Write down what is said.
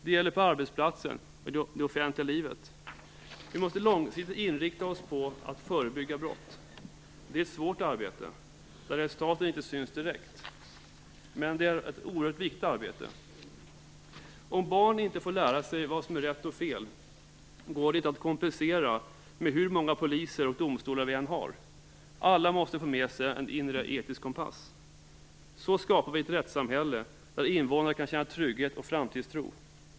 Det gäller på arbetsplatsen och i det offentliga livet. Vi måste långsiktigt inrikta oss på att förebygga brott. Det är ett svårt arbete där resultaten inte syns direkt. Men det är ett oerhört viktigt arbete. Om barn inte får lära sig vad som är rätt och fel, går det inte att kompensera, oavsett hur många poliser och domstolar vi än har. Alla måste få med sig en inre etisk kompass. Så skapar vi ett rättssamhälle där invånarna kan känna trygghet och framtidstro.